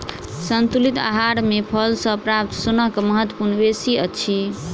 संतुलित आहार मे फल सॅ प्राप्त सोनक महत्व बेसी अछि